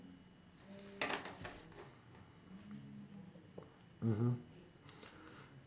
mmhmm